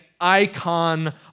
icon